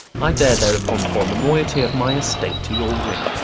i dare thereupon pawn the moiety of my estate to your ring,